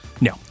no